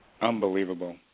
Unbelievable